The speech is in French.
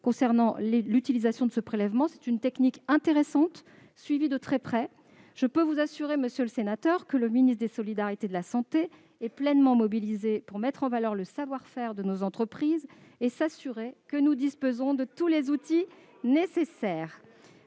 concernant l'utilisation de ces prélèvements. Cette technique intéressante est suivie de très près. Je peux vous assurer, monsieur le sénateur, que le ministre des solidarités et de la santé est pleinement mobilisé pour mettre en valeur le savoir-faire de nos entreprises et s'assurer que nous disposons de tous les outils nécessaires